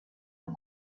con